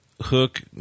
Hook